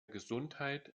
gesundheit